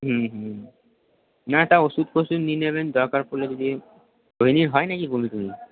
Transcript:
হুম হুম না একটা ওষুধ ফষুধ নিয়ে নেবেন দরকার পড়লে যদি রোহিণীর হয় নাকি বমি টমি